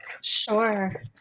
Sure